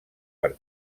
per